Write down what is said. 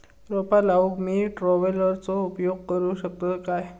रोपा लाऊक मी ट्रावेलचो उपयोग करू शकतय काय?